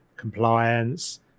compliance